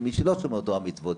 ומי שלא שומר תורה ומצוות.